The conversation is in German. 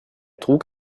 trug